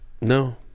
No